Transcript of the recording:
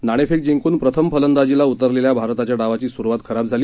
नाणेफेक जिंकून प्रथम फलंदाजीला उतरलेल्या भारताच्या डावाची सुरुवात खराब झाली